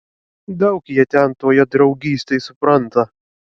daug jie ten toje draugystėj supranta